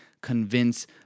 convince